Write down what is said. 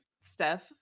Steph